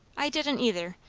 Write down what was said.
i didn't either.